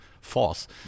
force